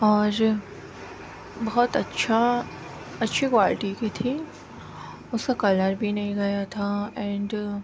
اور بہت اچھا اچھی کوالٹی کی تھی اس کا کلر بھی نہیں گیا تھا اینڈ